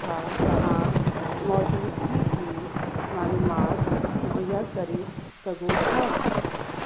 छा तव्हां मौजूदगी जी मालूमात मुहैया करे सघो था